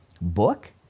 book